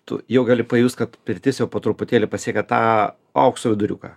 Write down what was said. tu jau gali pajust kad pirtis jau po truputėlį pasiekia tą aukso viduriuką